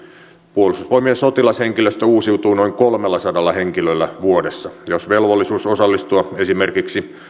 puolustusvoimien sotilashenkilöstö uusiutuu noin kolmellasadalla henkilöllä vuodessa jos velvollisuus osallistua esimerkiksi